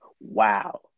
wow